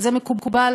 זה מקובל,